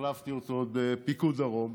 שהחלפתי אותו בפיקוד דרום.